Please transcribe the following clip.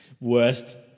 Worst